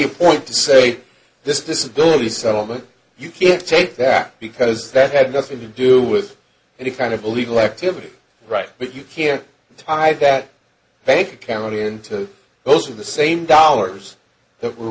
you point to say this disability settlement you can't take that because that had nothing to do with any kind of illegal activity right but you care to tie that bank account into those of the same dollars that were